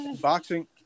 boxing